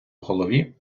голові